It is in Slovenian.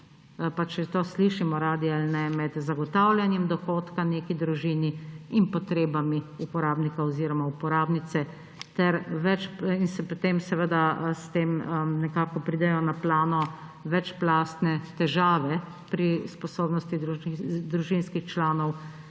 pa če to slišimo radi ali ne, med zagotavljanjem dohodka neki družini in potrebami uporabnika oziroma uporabnice. S tem nekako pridejo na plano večplastne težave pri sposobnosti družinskih članov